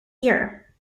here